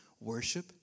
Worship